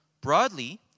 Broadly